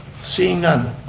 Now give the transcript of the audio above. seeing none,